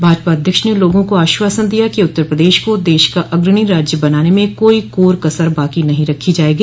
भाजपा अध्यक्ष ने लोगों को आश्वासन दिया कि उत्तर प्रदेश को देश का अग्रणी राज्य बनाने में कोई कोर कसर बाकी नहीं रखी जायेगी